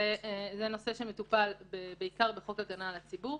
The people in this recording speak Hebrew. זה נושא שמטופל בעיקר בחוק הגנה על הציבור.